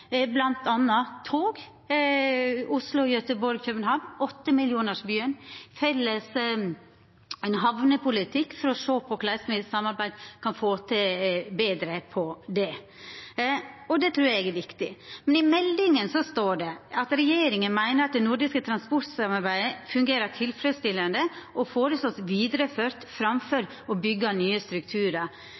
bl.a. tog – Oslo–Gøteborg–København, 8-millionarsbyen, for å sjå på korleis me i samarbeid kan få til ein betre, felles, havnepolitikk. Og det trur eg er viktig. Men i meldinga står det at regjeringa meiner at det nordiske transportsamarbeidet fungerer tilfredsstillande og vert føreslått vidareført framfor å byggja nye strukturar.